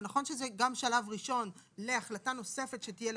זה נכון שזה גם שלב ראשון להחלטה נוספת שתהיה לפיצוי,